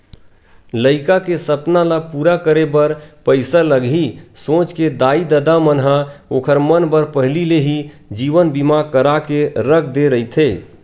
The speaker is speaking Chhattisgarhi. लइका के सपना ल पूरा करे बर पइसा लगही सोच के दाई ददा मन ह ओखर मन बर पहिली ले ही जीवन बीमा करा के रख दे रहिथे